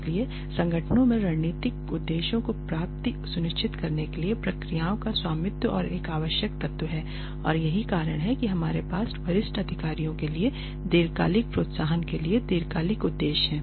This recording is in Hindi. इसलिए संगठनों के रणनीतिक उद्देश्यों की प्राप्ति सुनिश्चित करने के लिए प्रक्रियाओं का स्वामित्व एक आवश्यक तत्व है और यही कारण है कि हमारे पास वरिष्ठ अधिकारियों के लिए दीर्घकालिक प्रोत्साहन के लिए दीर्घकालिक उद्देश्य हैं